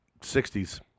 60s